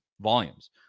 volumes